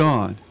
God